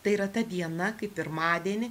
tai yra ta diena kai pirmadienį